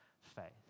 faith